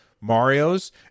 Mario's